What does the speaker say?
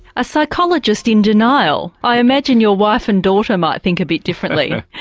a psychologist in denial. i imagine your wife and daughter might think a bit differently.